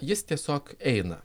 jis tiesiog eina